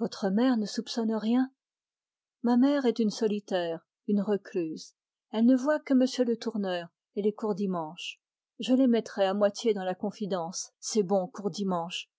votre mère ne soupçonne rien ma mère ne voit que m le tourneur et les courdimanche je les mettrai à moitié dans la confidence ces bons vieux